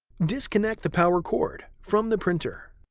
disconnect the power cord from the printer.